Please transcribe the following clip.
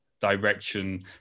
direction